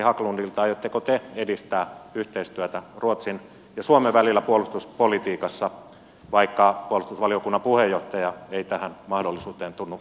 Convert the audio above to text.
aiotteko te edistää yhteistyötä ruotsin ja suomen välillä puolustuspolitiikassa vaikka puolustusvaliokunnan puheenjohtaja ei tähän mahdollisuuteen tunnu uskovan